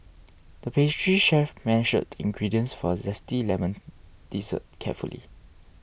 the pastry chef measured the ingredients for a Zesty Lemon Dessert carefully